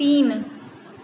तीन